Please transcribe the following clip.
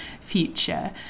future